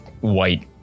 white